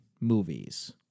movies